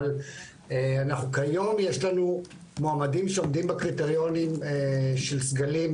אבל אנחנו כיום יש לנו מועמדים שעומדים בקריטריונים של סגלים,